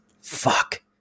fuck